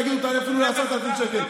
תגידו אפילו 10,000 שקל.